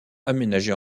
aménagé